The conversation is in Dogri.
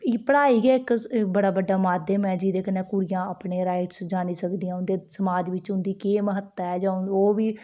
एह् पढ़ाई गै इक बड़ा बड्डा माध्यम ऐ जेह्दे कन्नै कुड़ियां अपने राइट जानी सकदियां उंदे समाज बिच्च उंदी केह् म्हत्ता ऐ जां ओह् बी